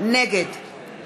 נגד